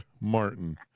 Martin